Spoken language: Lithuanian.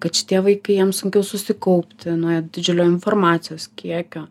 kad šitie vaikai jiems sunkiau susikaupti nuo didžiulio informacijos kiekio